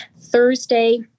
Thursday